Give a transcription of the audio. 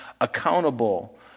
accountable